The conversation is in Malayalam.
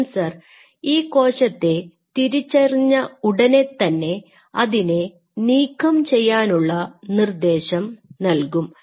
സെൻസർ ഈ കോശത്തെ തിരിച്ചറിഞ്ഞ ഉടനെ തന്നെ അതിനെ നീക്കം ചെയ്യാനുള്ള നിർദ്ദേശം നൽകും